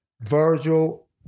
Virgil